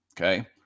Okay